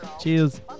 Cheers